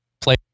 play